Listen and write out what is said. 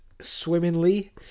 swimmingly